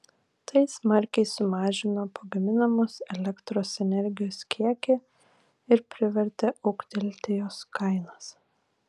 tai smarkiai sumažino pagaminamos elektros energijos kiekį ir privertė ūgtelėti jos kainas